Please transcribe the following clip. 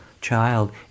child